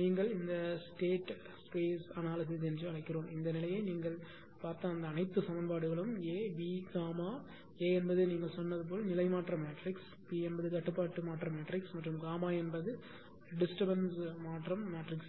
நீங்கள் இந்த ஸ்டேட் விண்வெளி பகுப்பாய்வு என்று அழைக்கிறோம் இந்த நிலையை நாம் பார்த்த அனைத்து சமன்பாடுகளும் A B Γ A என்பது நீங்கள் சொன்னது போல் நிலைமாற்ற மேட்ரிக்ஸ் B என்பது கட்டுப்பாட்டு மாற்ற மேட்ரிக்ஸ் மற்றும் Γ என்பது டிஸ்டர்பன்ஸ் மாற்றம் மேட்ரிக்ஸ் ஆகும்